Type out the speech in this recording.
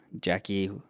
Jackie